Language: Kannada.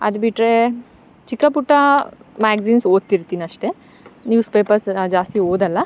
ಅದುಬಿಟ್ರೆ ಚಿಕ್ಕ ಪುಟ್ಟ ಮ್ಯಾಗ್ಜಿನ್ಸ್ ಓದ್ತಿರ್ತಿನಿ ಅಷ್ಟೆ ನ್ಯೂಸ್ ಪೇಪರ್ಸ್ ಜಾಸ್ತಿ ಓದೋಲ್ಲ